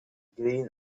green